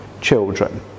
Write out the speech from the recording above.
children